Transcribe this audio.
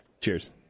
Cheers